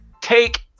Take